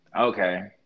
Okay